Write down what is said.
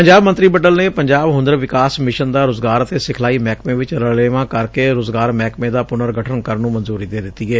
ਪੰਜਾਬ ਮੰਤਰੀ ਮੰਡਲ ਨੇ ਪੰਜਾਬ ਹੁਨਰ ਵਿਕਾਸ ਮਿਸ਼ਨ ਦਾ ਰੁਜ਼ਗਾਰ ਅਤੇ ਸਿਖਲਾਈ ਮਹਿਕਮੇ ਵਿਚ ਰਲੇਵਾਂ ਕਰ ਕੇ ਰੁਜ਼ਗਾਰ ਮਹਿਕਮੇ ਦਾ ਪੁਨਰਗਠਨ ਕਰਨ ਨੂੰ ਮਨਜੂਰੀ ਦੇ ਦਿੱਤੀ ਏ